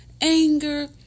anger